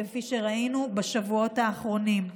כפי שראינו בשבועות האחרונים.